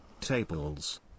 Tables